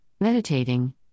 meditating